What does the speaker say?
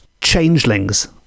changelings